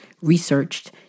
researched